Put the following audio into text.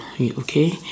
okay